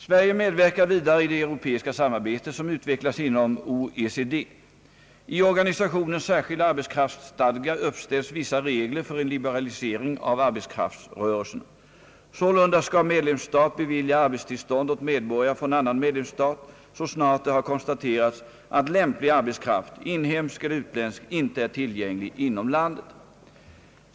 Sverige medverkar vidare i det europeiska samarbete som utvecklas inom OECD. I organisationens särskilda arbetskraftsstadga uppställs vissa regler för en liberalisering av arbetskraftsrörelserna. Sålunda skall medlemsstat bevilja arbetstillstånd åt medborgare från annan medlemsstat så snart det har konstaterats att lämplig arbetskraft, inhemsk eller utländsk, inte är tillgänglig inom landet.